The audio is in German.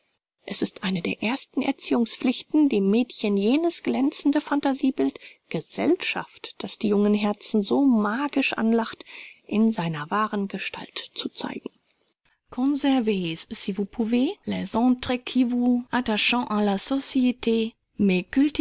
es ist eine der ersten erziehungspflichten dem mädchen jenes glänzende phantasiebild gesellschaft das die jungen herzen so magisch anlacht in seiner wahren gestalt zu zeigen